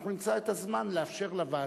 אנחנו נמצא את הזמן לאפשר לוועדה,